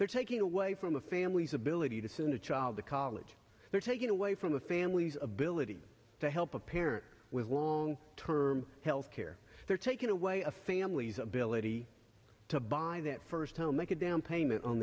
they're taking away from the families ability to send a child to college they're taking away from the families of billeted to help a parent with long term health care they're taking away a family's ability to buy that first tell make a down payment on